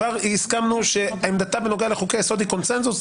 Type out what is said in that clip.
כבר הסכמנו שעמדתה בנוגע לחוקי היסוד היא קונצנזוס.